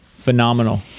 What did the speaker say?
phenomenal